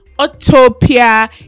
Utopia